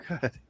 good